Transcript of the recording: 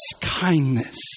kindness